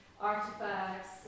artifacts